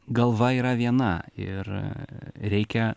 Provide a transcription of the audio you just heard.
galva yra viena ir reikia